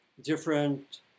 different